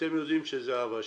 אתם יודעים שזאת האהבה שלי.